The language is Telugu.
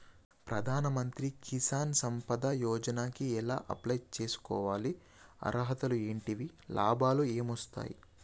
ప్రధాన మంత్రి కిసాన్ సంపద యోజన కి ఎలా అప్లయ్ చేసుకోవాలి? అర్హతలు ఏంటివి? లాభాలు ఏమొస్తాయి?